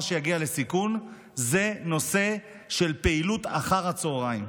לסיכון הוא נושא של פעילות אחר הצוהריים.